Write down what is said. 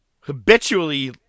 habitually